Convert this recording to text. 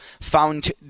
found